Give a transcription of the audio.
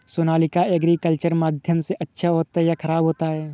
Sonalika agriculture माध्यम से अच्छा होता है या ख़राब होता है?